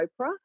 Oprah